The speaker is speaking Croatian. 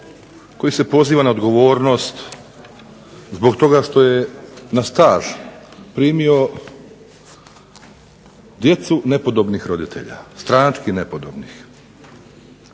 koji se poziva na odgovornost zbog toga što je na staž primio djecu nepodobnih roditelja, stranački nepodobnih.